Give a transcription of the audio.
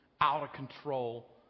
out-of-control